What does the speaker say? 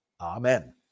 amen